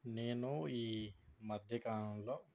నేను ఈ మధ్యకాలంలో